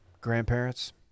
grandparents